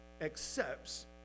accepts